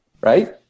right